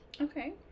Okay